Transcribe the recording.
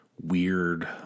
weird